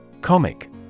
Comic